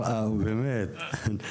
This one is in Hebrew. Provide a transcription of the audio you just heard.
האמת,